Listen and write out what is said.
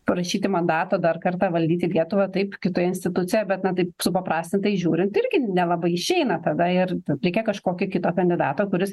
prašyti mandato dar kartą valdyti lietuvą taip kitoje institucijoje bet taip supaprastintai žiūrint irgi nelabai išeina tada ir reikia kažkokio kito kandidato kuris